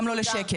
גם לא לשקל.